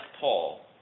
Paul